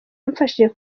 yamfashije